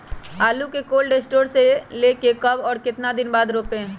आलु को cold store से ले के कब और कितना दिन बाद रोपे?